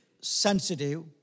sensitive